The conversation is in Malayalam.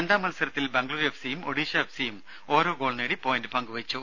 രണ്ടാം മത്സരത്തിൽ ബംഗളൂരു എഫ്സിയും ഒഡീഷ എഫ്സിയും ഓരോ ഗോൾ നേടി പോയിന്റ് പങ്കുവെച്ചു